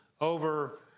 over